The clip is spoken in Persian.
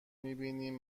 میبینیم